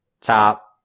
top